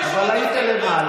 אבל היית למעלה,